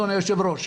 אדוני היושב-ראש.